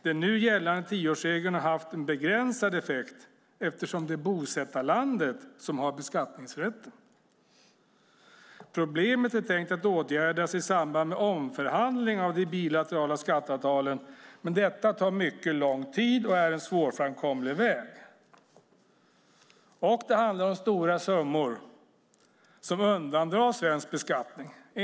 Den nu gällande tioårsregeln har haft en begränsad effekt eftersom det är bosättarlandet som har beskattningsrätten. Problemet är tänkt att åtgärdas i samband med omförhandling av de bilaterala skatteavtalen, men detta tar mycket lång tid och är en svårframkomlig väg. Det handlar om stora summor som undandras svensk beskattning.